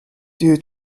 due